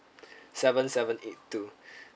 seven seven eight two okay